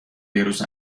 دیروز